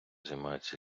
займаються